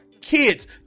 kids